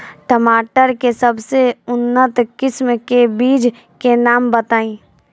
टमाटर के सबसे उन्नत किस्म के बिज के नाम बताई?